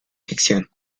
ficción